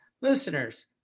Listeners